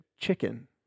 chicken